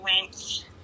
went